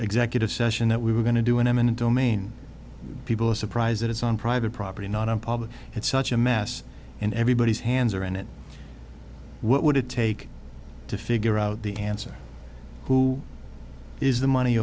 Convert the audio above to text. executive session that we were going to do an eminent domain people are surprised that it's on private property not on public it's such a mess and everybody's hands are in it what would it take to figure out the answer who is the money